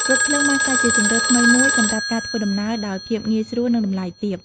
រថភ្លើងបានក្លាយជាជម្រើសថ្មីមួយសម្រាប់ការធ្វើដំណើរដោយភាពងាយស្រួលនិងតម្លៃទាប។